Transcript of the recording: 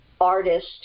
artist